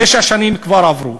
תשע שנים כבר עברו.